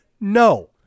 No